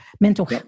mental